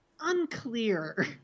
unclear